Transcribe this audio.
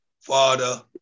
father